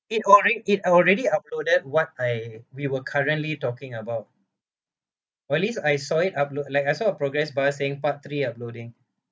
it alread~ it already uploaded what I we were currently talking about or at least I saw it upload like I saw a progress bar saying part three uploading